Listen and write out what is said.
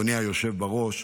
אדוני היושב בראש,